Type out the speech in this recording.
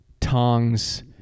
tongs